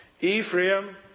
Ephraim